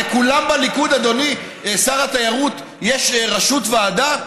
לכולם בליכוד, אדוני שר התיירות, יש ראשות ועדה?